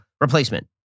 replacement